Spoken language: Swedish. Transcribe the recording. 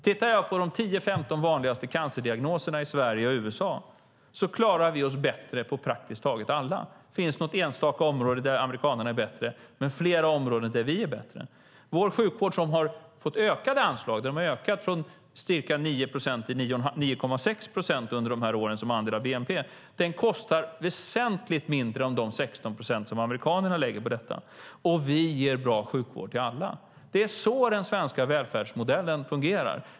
Tittar jag på de tio femton vanligaste cancerdiagnoserna i Sverige och i USA klarar vi oss bättre i fråga om praktiskt taget alla. Det finns något enstaka område där amerikanerna är bättre men flera områden där vi är bättre. Vår sjukvård har fått ökade anslag, och anslagen har ökat från ca 9 procent till 9,6 procent som andel av bnp under dessa år. Den kostar väsentligt mindre än de 16 procent som amerikanerna lägger på sjukvård, och vi ger bra sjukvård till alla. Det är så den svenska välfärdsmodellen fungerar.